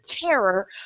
terror